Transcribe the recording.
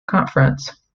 conference